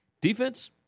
Defense